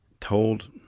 told